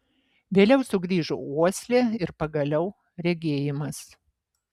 vėliau sugrįžo uoslė ir pagaliau regėjimas